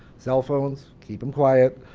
cell phones, keep them quiet.